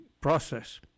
process